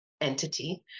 entity